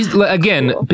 Again